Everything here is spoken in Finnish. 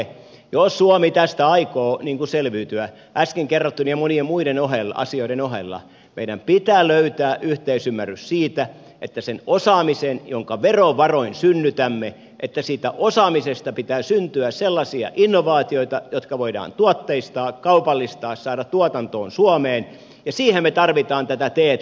jos suomi tästä aikoo selviytyä äsken kerrottujen ja monien muiden asioiden ohella meidän pitää löytää yhteisymmärrys siitä että siitä osaamisesta jonka verovaroin synnytämme pitää syntyä sellaisia innovaatioita jotka voidaan tuotteistaa kaupallistaa saada tuotantoon suomeen ja siihen me tarvitsemme tätä t k rahoitusta